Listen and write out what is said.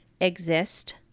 exist